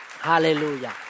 Hallelujah